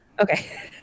Okay